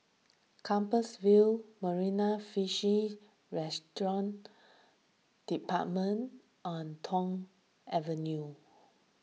Compassvale Marina Fish Restaurant Department and Thong Avenue